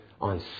on